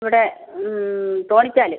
ഇവിടെ തോണിച്ചാൽ